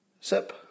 Sip